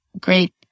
great